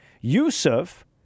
Yusuf